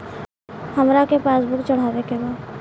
हमरा के पास बुक चढ़ावे के बा?